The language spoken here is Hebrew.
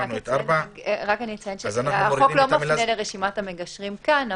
החוק לא מפנה לרשימת המגשרים כאן,